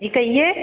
जी कहिए